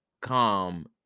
calm